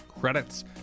credits